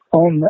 on